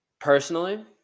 Personally